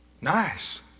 Nice